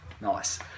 Nice